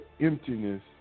emptiness